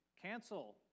Cancel